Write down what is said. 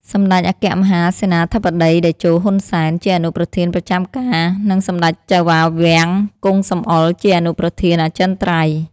សម្តេចអគ្គមហាសេនាបតីតេជោ ហ៊ុន សែន ជាអនុប្រធានប្រចាំការ និងសម្ដេចចៅហ្វាវាំង គង់ សំអុល ជាអនុប្រធានអចិន្ត្រៃយ៍។